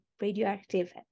radioactive